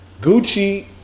Gucci